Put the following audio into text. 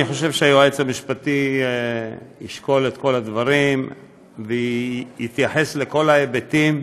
אני חושב שהיועץ המשפטי ישקול את כל הדברים ויתייחס לכל ההיבטים.